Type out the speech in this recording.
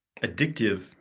addictive